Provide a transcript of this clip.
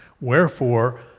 Wherefore